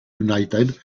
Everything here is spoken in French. united